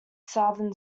southern